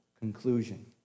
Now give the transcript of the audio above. conclusion